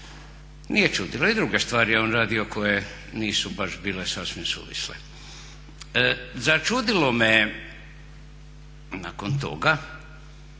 nije čudilo, i druge stvari je on radio koje nisu baš bile sasvim suvisle. Začudilo me je nakon toga